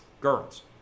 girls